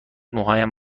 موهایم